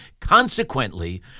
consequently